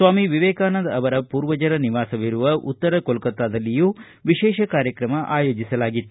ಸ್ವಾಮಿ ವಿವೇಕಾನಂದ ಅವರ ಪೂರ್ವಜರ ನಿವಾಸವಿರುವ ಉತ್ತರ ಕೊಲ್ಕತಾದಲ್ಲಿಯೂ ವಿಶೇಷ ಕಾರ್ಯಕ್ರಮ ಆಯೋಜಿಸಲಾಗಿತ್ತು